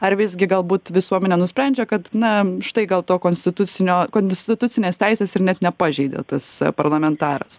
ar visgi galbūt visuomenė nusprendžia kad na štai dėl to konstitucinio konstitucinės teisės ir net nepažeidė tas parlamentaras